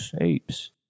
apes